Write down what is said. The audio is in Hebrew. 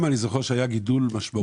אני זוכר שהיה גידול משמעותי מאוד.